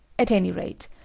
at any rate,